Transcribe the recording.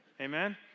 Amen